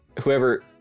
whoever